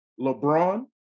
LeBron